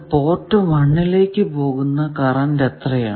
port 1 ലേക്ക് പോകുന്ന current എത്രയാണ്